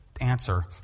Answer